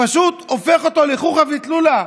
פשוט הופך אותו לחוכא ואטלולא.